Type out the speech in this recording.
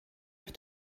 have